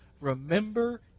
remember